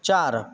चार